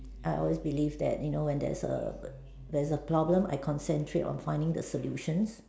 I always believe that you know when there is a there's a problem I concentrate on finding the solutions